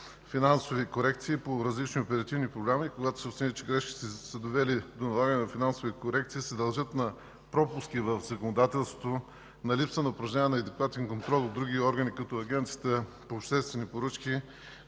финансови корекции по различни оперативни програми и когато се установи, че грешките, довели до налагане на финансови корекции, се дължат на пропуски в законодателството, на липса на упражняване на адекватен контрол от други органи, като Агенцията по обществени поръчки,